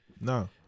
no